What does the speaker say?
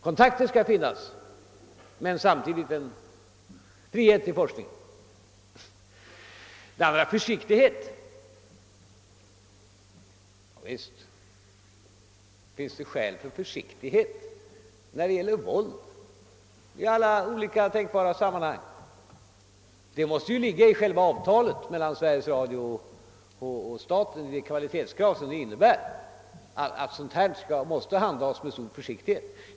Kontakter skall finnas mellan dem som arbetar på detta område, men samtidigt skall det finnas frihet i forskningen. Visst finns det skäl till försiktighet när det gäller våld i alla tänkbara sammanhang. Och i själva avtalet mellan Sveriges Radio och staten, med det kvalitetskrav som detta innehåller, ligger ju också att sådana här frågor måste handhas med stor försiktighet.